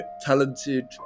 talented